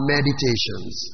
Meditations